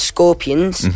Scorpions